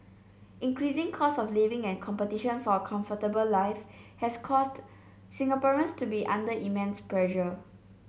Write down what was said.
increasing cost of living and competition for a comfortable life have caused Singaporeans to be under immense pressure